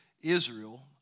Israel